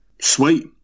Sweet